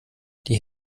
die